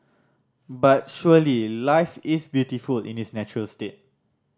but surely life is beautiful in its natural state